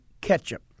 ketchup